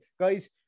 Guys